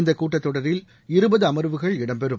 இந்த கூட்டத் தொடரில் இருபது அமர்வுகள் இடம்பெறும்